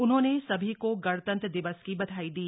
उन्होंने सभी को गणतंत्र दिवस की बधाई दी